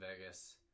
Vegas